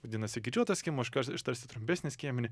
vadinasi kirčiuotas skiemuo iškars ištarsi trumpesnį skiemenį